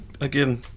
again